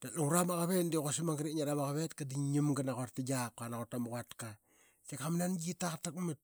Da lungra ma qavet de quasile magat ip ngia nam ga naquarti ga qa ma rluavik ba qak. Tika ma nangi qi yia qatakmat.